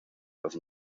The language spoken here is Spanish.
los